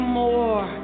more